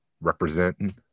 representing